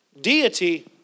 deity